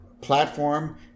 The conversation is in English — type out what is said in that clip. platform